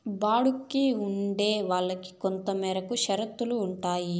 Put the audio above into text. బాడుగికి ఉండే వాళ్ళకి కొంతమేర షరతులు ఉంటాయి